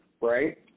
right